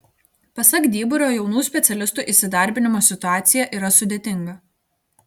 pasak dyburio jaunų specialistų įsidarbinimo situacija yra sudėtinga